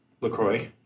LaCroix